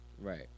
Right